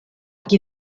qui